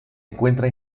encuentra